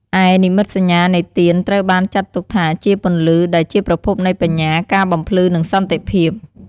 ឯនិមិត្តសញ្ញានៃទៀន ត្រូវបានចាត់ទុកថាជា "ពន្លឺ" ដែលជាប្រភពនៃបញ្ញា ការបំភ្លឺ និងសន្តិភាព។